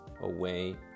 away